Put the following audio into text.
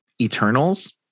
eternals